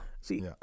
See